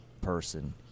person